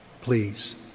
Please